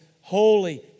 holy